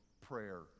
Prayer